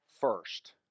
first